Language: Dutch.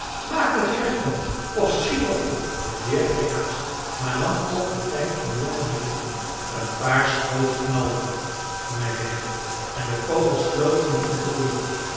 maak dat je weg komt of ze schieten op je de beer kreeg haast maar nam toch den tijd den jongen mee te nemen een paar schoten knalden toen hij wegrende en de kogels floten hem om de ooren